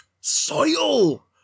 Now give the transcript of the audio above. Soil